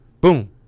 Boom